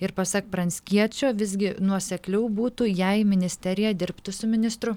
ir pasak pranckiečio visgi nuosekliau būtų jei ministerija dirbtų su ministru